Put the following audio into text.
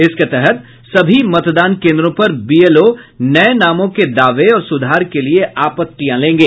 इसके तहत सभी मतदान केन्द्रों पर बीएलओ नये नामों के दावे और सुधार के लिये आपत्तियां लेंगे